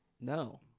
no